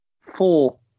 four